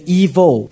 evil